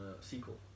sequel